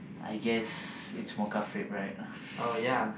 I guess it's mocha frappe right